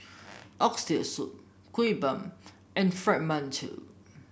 Oxtail Soup Kuih Bom and Fried Mantou